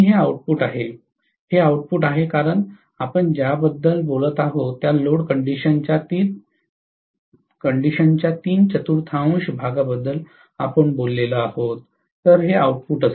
आणि हे आऊटपुट आहे हे हे आऊटपुट आहे कारण आपण ज्याच्याबद्दल बोलत आहोत त्या लोड कंडिशनच्या तीन चतुर्थांश भागाबद्दल आपण बोललो आहोत तर हे आऊटपुट असेल